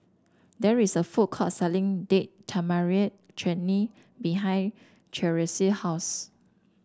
there is a food court selling Date Tamarind Chutney behind Charisse house